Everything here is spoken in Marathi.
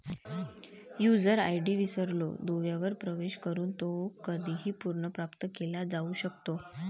यूजर आय.डी विसरलो दुव्यावर प्रवेश करून तो कधीही पुनर्प्राप्त केला जाऊ शकतो